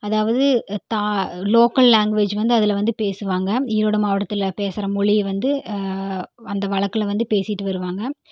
அதாவது தா local language வந்து அதில் வந்து பேசுவாங்க ஈரோடு மாவட்டத்தில் பேசுகிற மொழி வந்து அந்த வழக்கில் வந்து பேசிட்டு வருவாங்க